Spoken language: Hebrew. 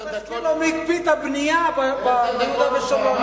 צריך להזכיר לו מי הקפיא את הבנייה ביהודה ושומרון,